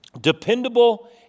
Dependable